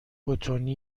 بتونه